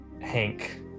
Hank